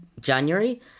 January